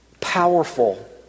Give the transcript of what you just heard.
powerful